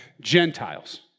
Gentiles